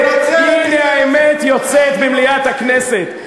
הנה האמת יוצאת במליאת הכנסת,